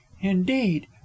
indeed